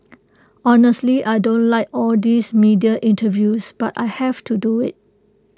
honestly I don't like all these media interviews but I have to do IT